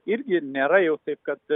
irgi nėra jau taip kad